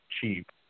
cheap